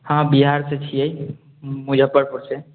हँ बिहारसँ छिए मुजफ्फरपुरसँ